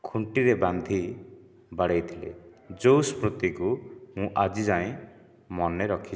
ଖୁଣ୍ଟିରେ ବାନ୍ଧି ବାଡ଼େଇ ଥିଲେ ଯେଉଁ ସ୍ମୃତିକୁ ମୁଁ ଆଜି ଯାଏଁ ମନେ ରଖିଛି